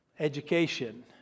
Education